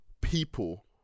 people